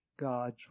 God's